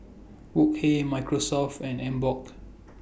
Wok Hey Microsoft and Emborg